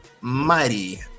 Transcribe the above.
mighty